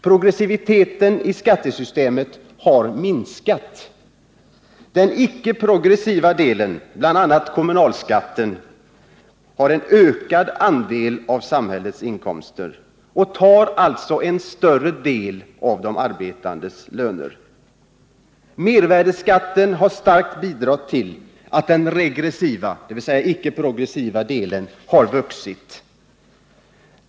Progressiviteten i skattesystemet har minskat. Den icke progressiva delen, bl.a. kommunalskatten, ökar sin andel av samhällets inkomster och tar alltså en allt större del av de arbetandes löner. Mervärdeskatten har starkt bidragit till att den regressiva — dvs. icke progressiva — delen av skatten har vuxit.